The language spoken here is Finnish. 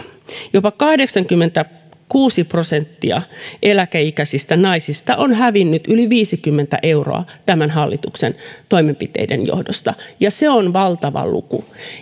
jopa kahdeksankymmentäkuusi prosenttia eläkeikäisistä naisista on hävinnyt yli viisikymmentä euroa tämän hallituksen toimenpiteiden johdosta ja se on valtava luku